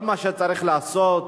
כל מה שצריך לעשות,